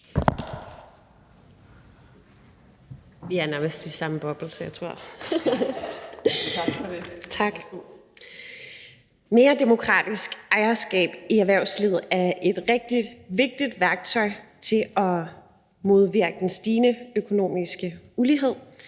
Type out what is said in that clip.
Mere demokratisk ejerskab i erhvervslivet er et rigtig vigtigt værktøj til at modvirke den stigende økonomiske ulighed,